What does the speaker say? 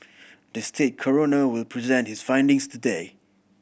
the state coroner will present his findings today